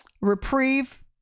reprieve